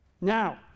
Now